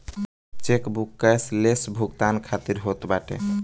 chequebook cashless भुगतान खातिर होत बाटे